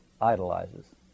idolizes